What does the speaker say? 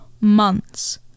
months